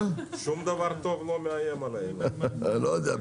אני לא יודע.